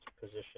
position